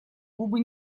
губы